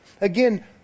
Again